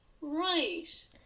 Right